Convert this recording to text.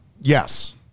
Yes